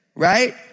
Right